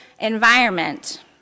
environment